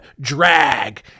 drag